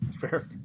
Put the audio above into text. Fair